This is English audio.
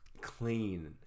clean